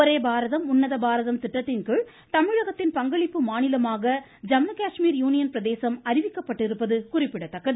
ஒரே பாரதம் உன்னத பாரதம் திட்டத்தின்கீழ் தமிழகத்தின் பங்களிப்பு மாநிலமாக ஜம்மு காஷ்மீர் யூனியன் பிரதேசம் அறிவிக்கப்பட்டிருப்பது குறிப்பிடத்தக்கது